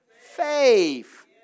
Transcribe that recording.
faith